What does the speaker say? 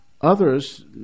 others